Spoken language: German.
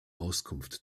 auskunft